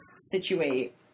situate